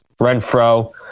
Renfro